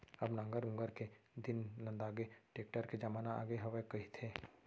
अब नांगर ऊंगर के दिन नंदागे, टेक्टर के जमाना आगे हवय कहिथें